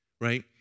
right